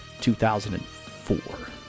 2004